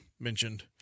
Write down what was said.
mentioned